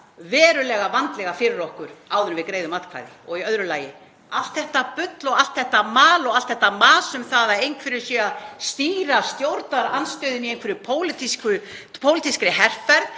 verulega vandlega fyrir okkur áður en við greiðum atkvæði. Í öðru lagi: Allt þetta bull og allt þetta mal og allt þetta mas um það að einhverjir séu að stýra stjórnarandstöðunni í einhverri pólitískri herferð